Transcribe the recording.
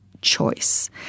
choice